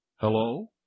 Hello